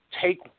take